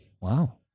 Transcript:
wow